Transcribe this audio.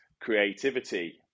creativity